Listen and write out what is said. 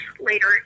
later